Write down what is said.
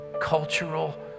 cultural